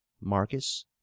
Marcus